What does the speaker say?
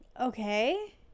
Okay